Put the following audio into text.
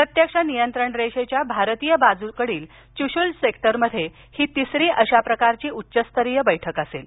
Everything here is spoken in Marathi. प्रत्यक्ष नियंत्रण रेषेच्या भारतीय बाजूकडील चुशुल सेक्टरमध्ये ही तिसरी अशाप्रकारची उच्चस्तरीय बैठक असेल